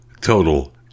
total